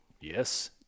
Yes